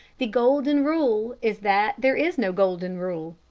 the golden rule is that there is no golden rule.